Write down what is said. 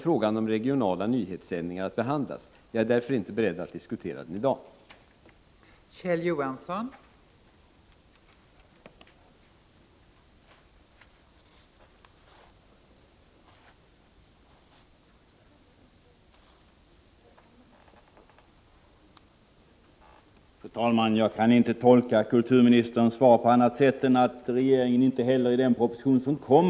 Där kommer frågan om regi OMdetegiokala FV: nyhetssändningar att behandlas. Jag är därför inte beredd att diskutera den i & å SE dag sändningarna i Söder ; manland